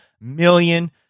million